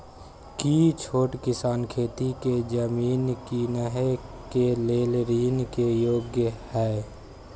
की छोट किसान खेती के जमीन कीनय के लेल ऋण के योग्य हय?